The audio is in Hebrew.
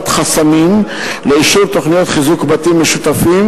חסמים לאישור תוכניות חיזוק בתים משותפים,